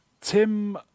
Tim